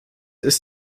ist